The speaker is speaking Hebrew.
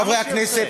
חברי הכנסת,